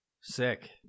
Sick